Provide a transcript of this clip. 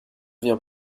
vient